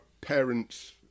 parents